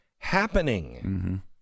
happening